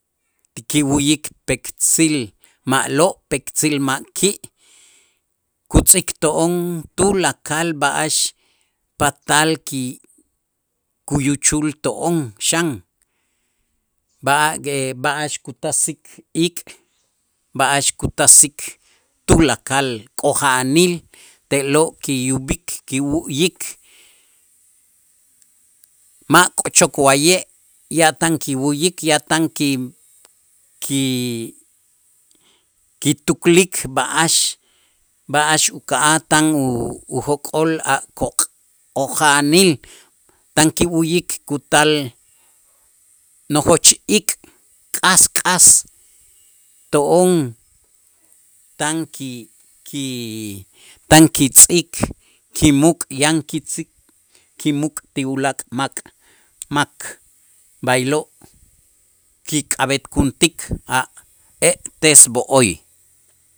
ti kiwu'yik pektzil ma'lo' pektzil ma' ki', kutz'ikto'on tulakal b'a'ax patal ki kuyuchul to'on xan b'a b'a'ax kutasik ik', b'a'ax kutasik tulakal k'oja'anil te'lo' kiyub'ik kiwu'yik, ma' k'ochok wa'ye' ya tan kiwu'yik, ya tan ki- ki- kituklik b'a'ax, b'a'ax uka'aj tan ujok'ol a' k'ok' k'oja'anil tan kiwu'yik kutal nojoch ik' k'as k'as to'on tan ki- ki tan kitz'ik kimuk' yan kitz'ik kimuk' ti ulaak' mak, mak b'aylo' kik'ab'etkuntik a' e'tes b'o'oy.